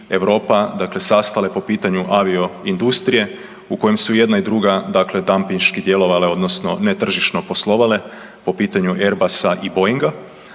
sastale po pitanju avio industrije u kojem su jedna i druga dampinški djelovale odnosno netržišno poslovale po pitanju Airbusa i Boeinga